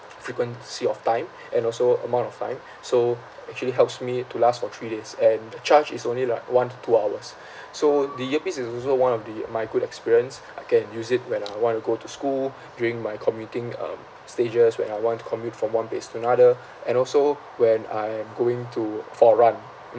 frequency of time and also amount of time so actually helps me to last for three days and the charge is only like one to two hours so the earpiece is also one of the my good experience I can use it when I want to go to school during my commuting um stages when I want commute from one place to another and also when I am going to for a run